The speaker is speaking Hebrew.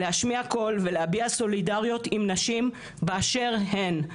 להשמיע קול ולהביע סולידריות עם נשים באשר הן,